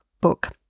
book